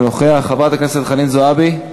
אינו נוכח, חברת הכנסת חנין זועבי,